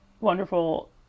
wonderful